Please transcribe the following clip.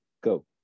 go